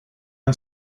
are